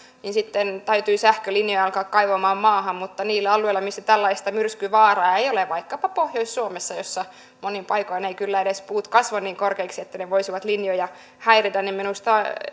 sitten täytyi sähkölinjaa alkaa kaivamaan maahan mutta niillä alueilla missä tällaista myrskyvaaraa ei ole vaikkapa pohjois suomessa missä monin paikoin eivät kyllä edes puut kasva niin korkeiksi että ne voisivat linjoja häiritä minusta